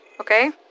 okay